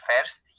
First